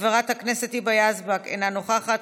חברת הכנסת היבה יזבק, אינה נוכחת,